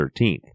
13th